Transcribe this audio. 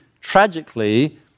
tragically